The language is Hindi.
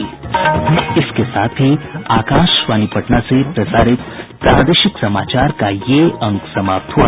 इसके साथ ही आकाशवाणी पटना से प्रसारित प्रादेशिक समाचार का ये अंक समाप्त हुआ